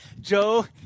Joe